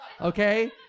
Okay